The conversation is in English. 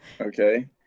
Okay